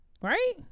right